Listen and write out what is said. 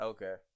Okay